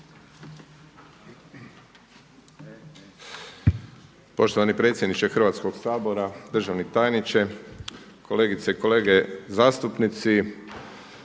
Poštovani predsjedniče Hrvatskog sabora, državni tajniče, kolegice i kolege zastupnici.